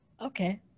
Okay